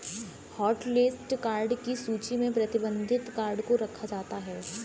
hotlist card की सूची में प्रतिबंधित कार्ड को रखा जाता है